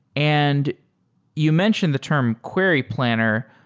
and you mentioned the term query planner,